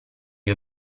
gli